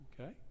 Okay